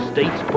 States